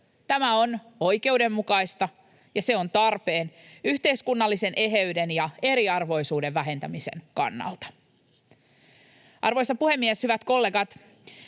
Tämä on oikeudenmukaista, ja se on tarpeen yhteiskunnallisen eheyden ja eriarvoisuuden vähentämisen kannalta. Arvoisa puhemies! Hyvät kollegat!